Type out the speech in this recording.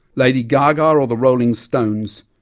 lady gaga or the rolling stones,